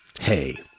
hey